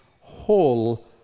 whole